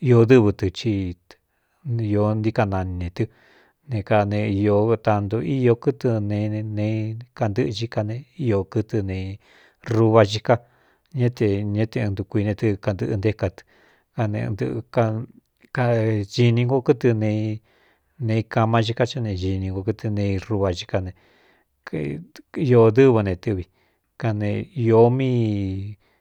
i dɨ́vɨ tɨ i ntíkanani ne tɨ ne kane tantu íō kɨtɨ ne ne kandɨꞌɨchi ka ne íō kɨtɨ ne ruva ciká ña é te ña é te ɨn ndukui ne tɨ kandɨ̄ꞌɨ nté ká tɨ kanɨkaxini ngo kɨtɨ enei kama xiká chá ne gini ngo kɨtɨ ne i ruva ciká nei dɨ́v ne tɨ́vi kane ī míi.